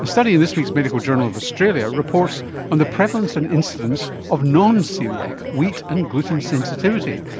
study in this week's medical journal of australia reports on the prevalence and incidence of non-coeliac wheat and gluten sensitivity,